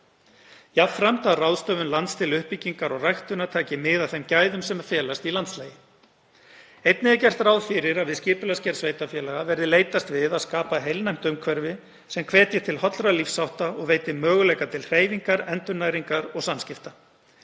Jafnframt að ráðstöfun lands til uppbyggingar og ræktunar taki mið af þeim gæðum sem felast í landslagi. Einnig er gert ráð fyrir að við skipulagsgerð sveitarfélaga verði leitast við að skapa heilnæmt umhverfi sem hvetji til hollra lífshátta og veiti möguleika til hreyfingar, endurnæringar og samskipta.